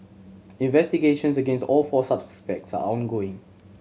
investigations against all four suspects are ongoing